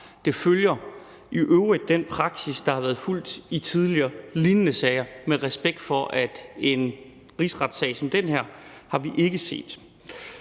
følger i øvrigt den praksis, der har været fulgt i tidligere lignende sager – med respekt for, at vi ikke har set en rigsretssag